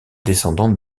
descendante